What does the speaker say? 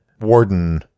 Warden